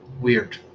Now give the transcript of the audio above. Weird